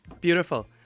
Beautiful